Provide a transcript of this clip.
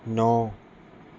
ਨੌ